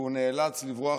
והוא נאלץ לברוח